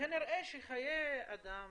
כנראה שחיי אדם